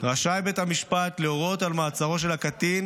רשאי בית המשפט להורות על מעצרו של הקטין